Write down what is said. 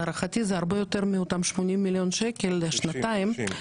להערכתי זה הרבה יותר מאותם 80 מיליון שקל לשנתיים --- 90.